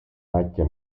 macchia